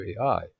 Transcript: AI